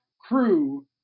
crew